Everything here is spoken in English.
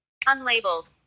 Unlabeled